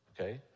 Okay